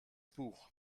buch